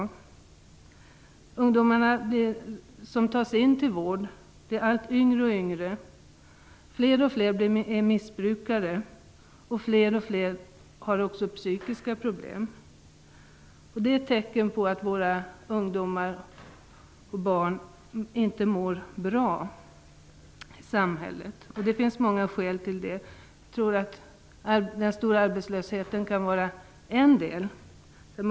De ungdomar som tas in till vård blir allt yngre, fler och fler är missbrukare och allt fler har också psykiska problem. Det är ett tecken på att våra barn och ungdomar inte mår bra, och det finns många skäl till det. Jag tror att den stora arbetslösheten kan vara en anledning.